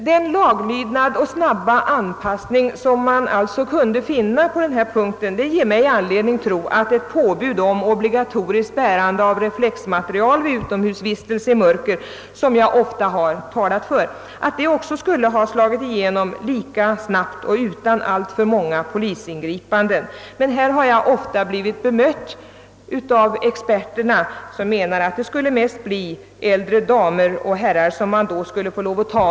Den laglydnad och snabba anpassning som man alltså kunde finna på denna punkt ger mig anledning tro att ett påbud om obligatoriskt bärande av reflexmaterial vid utomhusvistelse i mörker, som jag ofta har talat för, också kunde ha slagit igenom lika snabbt och utan alltför många polisingripanden. Men härvidlag har jag ofta blivit bemött av experter som menat att det mest skulle bli äldre damer och herrar som man då skulle få inskrida mot.